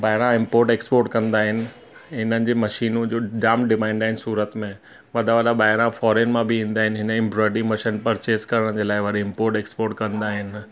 ॿाहिरां import export कंदा आहिनि हिननि जी मशीनुनि जो जाम डिमांड आहिनि सूरत में वॾा वॾा ॿाहिरां फॉरिन मां बि ईंदा आहिनि हिन एम्ब्रॉयड्री मशीन परचेस करण जे लाइ वरी इम्पोट एक्स्पोट कंदा आहिनि